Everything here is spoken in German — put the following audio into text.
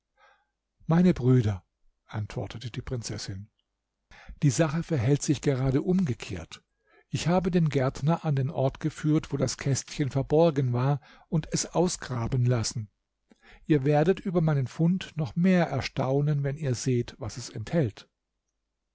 meine brüder antwortete die prinzessin die sache verhält sich gerade umgekehrt ich habe den gärtner an den ort geführt wo das kästchen verborgen war und es ausgraben lassen ihr werdet über meinen fund noch mehr erstaunen wenn ihr seht was es enthält